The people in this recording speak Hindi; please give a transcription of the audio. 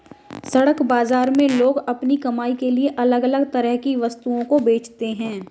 सड़क बाजार में लोग अपनी कमाई के लिए अलग अलग तरह की वस्तुओं को बेचते है